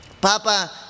Papa